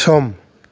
सम